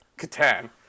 Catan